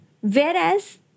Whereas